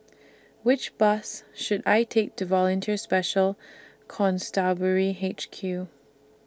Which Bus should I Take to Volunteer Special Constabulary H Q